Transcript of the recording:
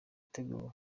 yateguwe